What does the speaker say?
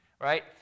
Right